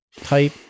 type